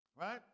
Right